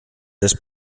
this